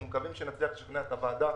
אנחנו מקווים שנצליח לשכנע את הוועדה